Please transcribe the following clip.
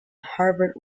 harvard